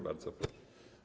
Bardzo proszę.